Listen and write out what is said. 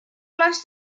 plans